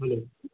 hello